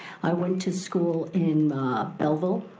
i went to school in belleville,